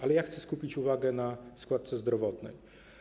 Ale ja chcę skupić uwagę na składce zdrowotnej.